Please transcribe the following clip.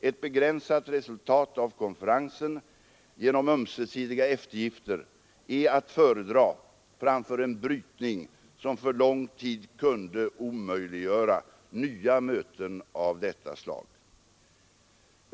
Ett begränsat resultat av konferensen genom ömsesidiga eftergifter är att föredra framför en brytning, som för lång tid kunde omöjliggöra nya möten av detta slag.